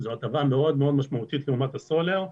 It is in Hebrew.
זו הטבה מאוד מאוד משמעותית לעומת הסולר,